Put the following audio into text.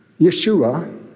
Yeshua